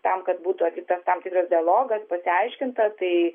tam kad būtų atliktas tam tikras dialogas paaiškinta tai